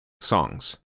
songs